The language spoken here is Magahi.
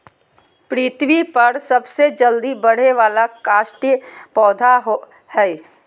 पृथ्वी पर सबसे जल्दी बढ़े वाला काष्ठिय पौधा हइ